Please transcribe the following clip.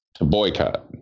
boycott